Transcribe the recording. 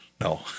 No